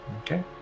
Okay